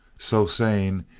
so saying,